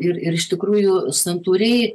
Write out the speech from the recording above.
ir ir iš tikrųjų santūriai